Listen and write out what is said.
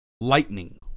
Lightning